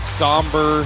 somber